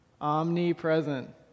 Omnipresent